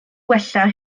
wella